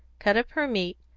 cut up her meat,